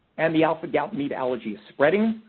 and the alpha-gal meat allergy is spreading,